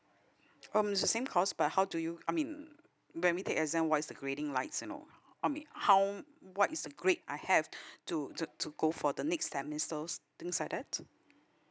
mm the same course but how do you I mean when we take exam what's the grading likes and all I mean how what is the grade I have to to to go for the next semester things like that